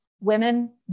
Women